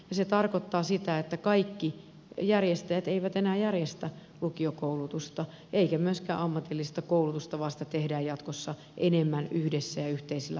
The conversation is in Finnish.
se tarkoittaa sitä että kaikki järjestäjät eivät enää järjestä lukiokoulutusta eivätkä myöskään ammatillista koulutusta vaan sitä tehdään jatkossa enemmän yhdessä ja yhteisillä hartioilla